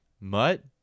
Mutt